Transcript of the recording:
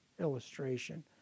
illustration